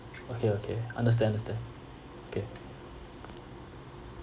okay okay understand understand okay